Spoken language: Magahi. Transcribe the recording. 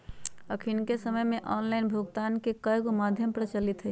अखनिक समय में ऑनलाइन भुगतान के कयगो माध्यम प्रचलित हइ